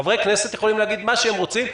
חברי כנסת יכולים להגיד מה שהם רוצים.